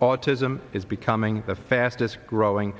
autism is becoming the fastest growing